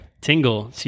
Tingle